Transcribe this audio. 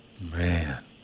Man